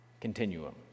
continuum